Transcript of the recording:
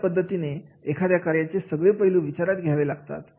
अशा पद्धतीने एखाद्या कार्याचे सगळे पैलू विचारात घ्यावे लागतात